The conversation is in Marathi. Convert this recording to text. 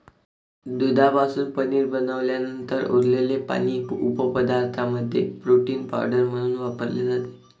दुधापासून पनीर बनवल्यानंतर उरलेले पाणी उपपदार्थांमध्ये प्रोटीन पावडर म्हणून वापरले जाते